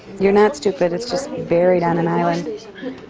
you're not stupid. it's just buried on an island.